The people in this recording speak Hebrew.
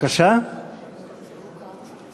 נחמן שי.